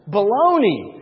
Baloney